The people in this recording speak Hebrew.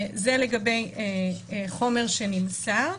זה לגבי חומר שנמסר.